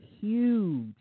huge